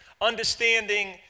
understanding